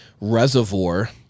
reservoir